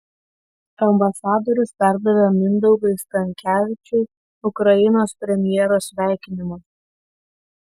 ambasadorius perdavė mindaugui stankevičiui ukrainos premjero sveikinimą